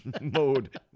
mode